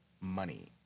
money